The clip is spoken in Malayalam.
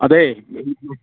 അതേ